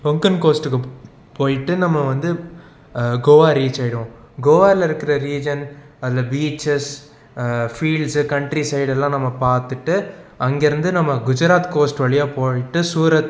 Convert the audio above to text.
கொன்கன் கோஸ்ட்டுக்கு போயிட்டு நம்ம வந்து கோவா ரீச் ஆகிடுவோம் கோவாவில் இருக்கிற ரீஜன் அந்த பீச்சஸ் ஃபீல்ட்ஸ்ஸு கண்ட்ரி சைடுலாம் நம்ம பார்த்துட்டு அங்கிருந்து நம்ம குஜராத் கோஸ்ட்டு வழியாக போயிட்டு சூரத்